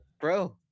Bro